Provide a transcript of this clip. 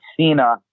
Cena